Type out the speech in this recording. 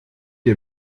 ihr